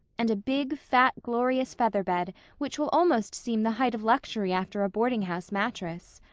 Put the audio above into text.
and a big, fat, glorious feather bed which will almost seem the height of luxury after a boardinghouse mattress.